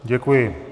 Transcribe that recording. Děkuji.